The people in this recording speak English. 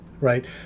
right